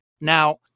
Now